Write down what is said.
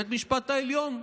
בית המשפט העליון,